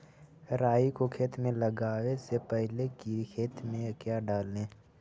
राई को खेत मे लगाबे से पहले कि खेत मे क्या डाले?